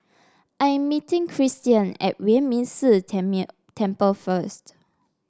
I am meeting Cristian at Yuan Ming Si Temple first